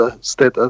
state